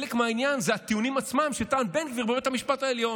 חלק מהעניין זה הטיעונים עצמם שטען בן גביר בבית המשפט העליון.